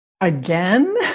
Again